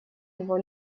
его